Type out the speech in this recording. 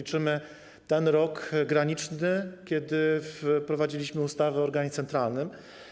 Liczymy ten rok graniczny, kiedy wprowadziliśmy ustawę o organie centralnym.